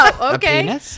okay